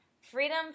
freedom